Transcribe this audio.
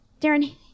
Darren